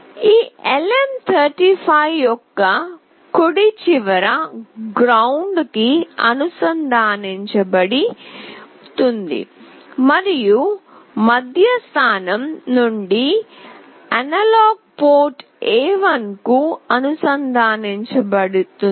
ఈ LM 35 యొక్క కుడి చివర గ్రౌండ్ కి అనుసంధానించబడుతుంది మరియు మధ్య స్థానం నుండి అనలాగ్ పోర్ట్ A1 కి అనుసంధానించబడుతుంది